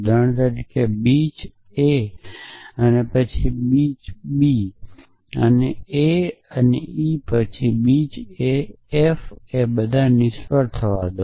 ઉદાહરણ તરીકે બીચ અને a અને b પછી બીચ અને a અને e પછી બીચ અને a અને f અને માનો કે બધા નિષ્ફળ થાય છે